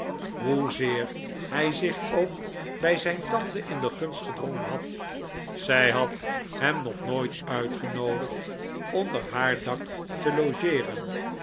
hoezeer hij zich ook bij zijn tante in de gunst gedrongen had zij had hem nog nooit uitgenoodigd onder haar dak te logeeren